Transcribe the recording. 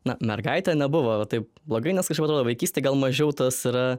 na mergaite nebuvo va taip blogai nes kažkaip atrodo vaikystėj gal mažiau tas yra